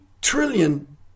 trillion